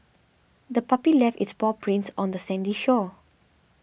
the puppy left its paw prints on the sandy shore